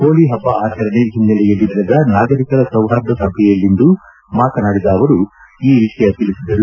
ಹೋಳ ಹಬ್ಬ ಆಚರಣೆ ಹಿನ್ನೆಲೆಯಲ್ಲಿ ನಡೆದ ನಾಗರಿಕರ ಸೌಹಾರ್ದ ಸಭೆಯಲ್ಲಿಂದು ಮಾತನಾಡಿದ ಅವರು ಈ ವಿಷಯ ತಿಳಿಸಿದರು